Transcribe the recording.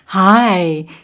Hi